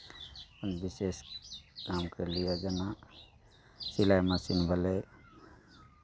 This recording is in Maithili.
विशेष काम करैए जेना सिलाइ मशीन भेलै